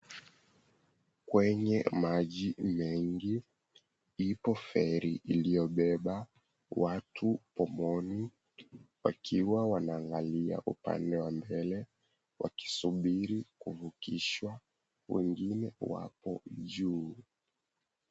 Kwenye maji mengi, ipo feri iliyobeba watu pomoni wakiwa wanaangalia upande wa mbele wakisubiri kuvukishwa. Wengine wapo juu.